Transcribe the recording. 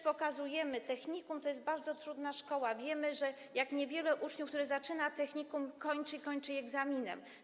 Pokazujemy też, że technikum to jest bardzo trudna szkoła, wiemy, jak niewielu uczniów, którzy zaczynają technikum, kończy, kończy je egzaminem.